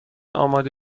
آماده